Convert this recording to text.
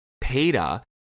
Peter